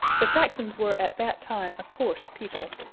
the saxons were at that time a coarse people.